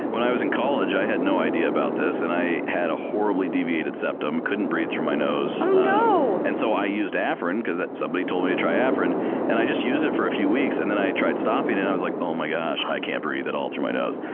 when i was in college, i had no idea about this, and i had a horribly deviated septum, couldn't breathe through my nose. and so, i used afrin because somebody told me to try afrin and i just used it for a few weeks. and then i tried stopping and i was like, oh my gosh, i can't breathe at all through my nose.